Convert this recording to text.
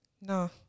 no